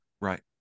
Right